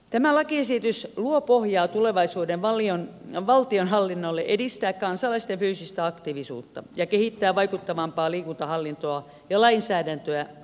tämä lakiesitys luo pohjaa tulevaisuuden valtionhallinnolle edistää kansalaisten fyysistä aktiivisuutta ja kehittää vaikuttavampaa liikuntahallintoa ja lainsäädäntöä suomeen